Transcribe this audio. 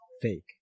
fake